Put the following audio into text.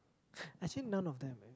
actually none of them eh